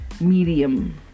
medium